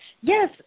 Yes